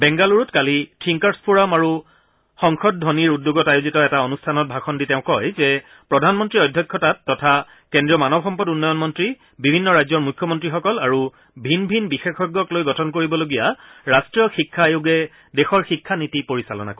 বেংগালুৰুত কালি thinkers forum আৰু সংসদ ধৰনিৰ উদ্যোগত আয়োজিত এটা অনুষ্ঠানত ভাষণ দি তেওঁ কয় যে প্ৰধানমন্ত্ৰীৰ অধ্যক্ষতাত তথা কেন্দ্ৰীয় মানৱ সম্পদ উন্নয়ন মন্ত্ৰী বিভিন্ন ৰাজ্যৰ মুখ্যমন্ত্ৰীসকল আৰু ভিন ভিন বিশেষজ্ঞক লৈ গঠন কৰিবলগীয়া ৰাষ্ট্ৰীয় শিক্ষা আয়োগে দেশৰ শিক্ষা নীতি পৰিচালনা কৰিব